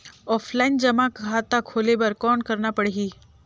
Offline जमा खाता खोले बर कौन करना पड़ही?